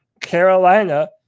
Carolina